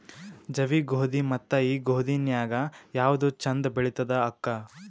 ಜವಿ ಗೋಧಿ ಮತ್ತ ಈ ಗೋಧಿ ನ್ಯಾಗ ಯಾವ್ದು ಛಂದ ಬೆಳಿತದ ಅಕ್ಕಾ?